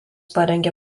parengė